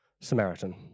Samaritan